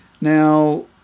Now